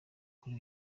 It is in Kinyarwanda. kuri